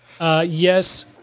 Yes